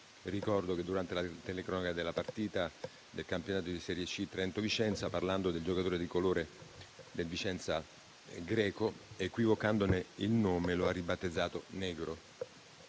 Ricordo che, durante la telecronaca della partita del campionato di Serie C Trento-Vicenza, parlando del giocatore di colore del Vicenza Greco, equivocandone il nome, lo ha ribattezzato "Negro".